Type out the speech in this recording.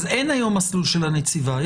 אז אין היום מסלול של הנציבה.